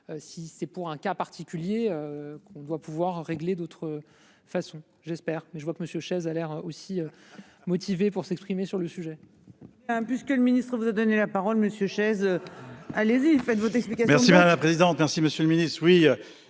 Si c'est pour un cas particulier qu'on doit pouvoir régler d'autres façons j'espère mais je vois que Monsieur chaise à l'air aussi motivés pour s'exprimer sur le sujet.--